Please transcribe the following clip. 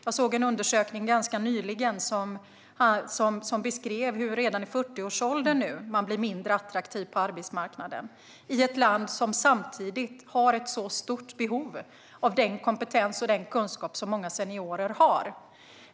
Jag såg en undersökning nyligen som beskrev hur man redan i 40-årsåldern blir mindre attraktiv på arbetsmarknaden, i ett land som samtidigt har ett stort behov av den kompetens och kunskap som många seniorer har.